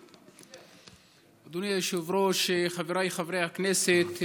אדוני היושב-ראש, חבריי חברי הכנסת,